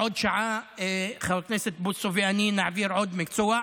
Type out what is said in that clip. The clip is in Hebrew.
בעוד שעה חבר הכנסת בוסו ואני נעביר עוד מקצוע.